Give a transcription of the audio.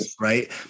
right